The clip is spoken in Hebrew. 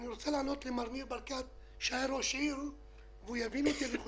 אני רוצה לענות למר ניר ברקת שהיה ראש עירייה ואני חושב